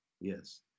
yes